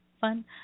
fun